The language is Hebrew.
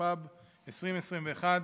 התשפ"ב 2021,